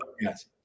Yes